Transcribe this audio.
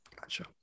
Gotcha